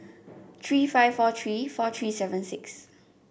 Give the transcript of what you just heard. three five four three four three seven six